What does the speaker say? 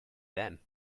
them